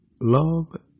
love